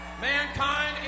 Mankind